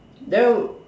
there